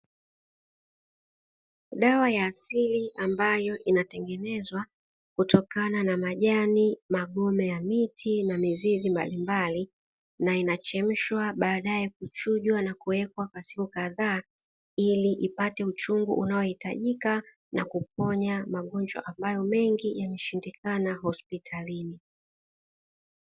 Dawa ya asili ambayo inatengenezwa kutokana na majani, magome ya miti na mizizi mbalimbali na inachemshwa baadaye kuchujwa na kuwekwa kwa siku kadhaa, ili ipate uchungu unaohitajika na kuponya magonjwa ambayo mengi yameshindikana hospitalini.